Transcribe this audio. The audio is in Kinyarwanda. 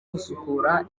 gusukura